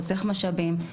חוסך משאבים,